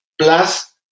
plus